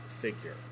figure